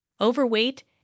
Overweight